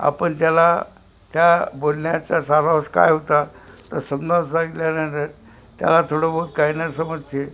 आपण त्याला त्या बोलण्याचा सारांश काय होता तर नंतर त्याला थोडं बहुत काही ना समजते